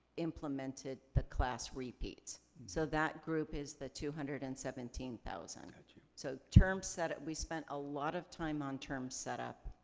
implemented the class repeats. so that group is the two hundred and seventeen thousand. gotcha. so term setup, we spent a lot of time on term setup,